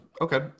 Okay